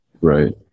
Right